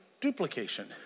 duplication